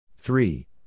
Three